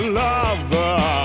lover